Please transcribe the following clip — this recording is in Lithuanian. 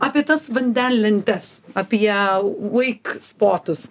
apie tas vandenlentes apie vaik spotus